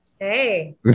Hey